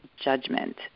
judgment